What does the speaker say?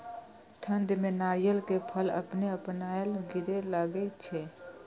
ठंड में नारियल के फल अपने अपनायल गिरे लगए छे?